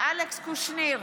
אלכס קושניר,